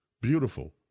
beautiful